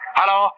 hello